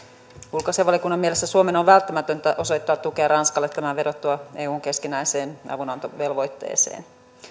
ulkoasiainvaliokunnan mielestä suomen on välttämätöntä osoittaa tukea ranskalle tämän vedottua eun keskinäiseen avunantovelvoitteeseen